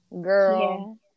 Girl